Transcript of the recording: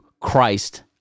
Christ